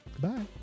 Goodbye